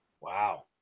Wow